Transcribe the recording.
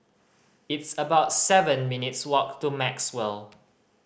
it's about seven minutes' walk to Maxwell